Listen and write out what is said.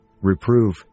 reprove